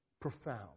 profound